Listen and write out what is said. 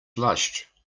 blushed